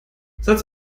satz